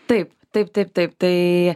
taip taip taip taip tai